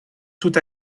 toute